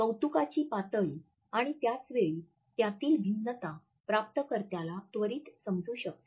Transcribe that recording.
कौतुकाची पातळी आणि त्याच वेळी त्यातील भिन्नता प्राप्तकर्त्याला त्वरित समजू शकते